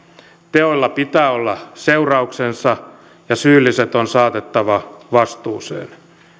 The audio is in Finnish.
teoilla pitää olla seurauksensa ja syylliset on saatettava vastuuseen